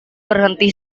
berhenti